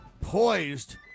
poised